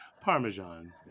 Parmesan